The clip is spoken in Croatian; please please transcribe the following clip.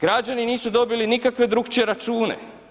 Građani nisu dobili nikakve drukčije račune.